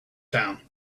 town